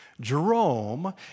Jerome